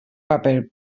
paper